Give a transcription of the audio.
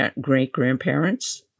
great-grandparents